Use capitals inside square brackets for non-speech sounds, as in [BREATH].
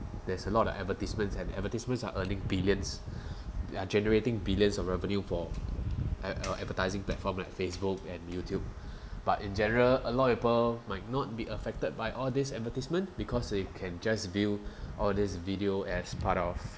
there's a lot of advertisements and advertisements are earning billions [BREATH] they are generating billions of revenue for ad~ uh advertising platform like Facebook and YouTube [BREATH] but in general a lot of people might not be affected by all these advertisement because they can just view or this video as part of